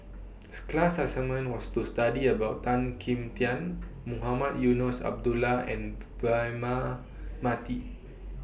class assignment was to study about Tan Kim Tian Mohamed Eunos Abdullah and Braema Mathi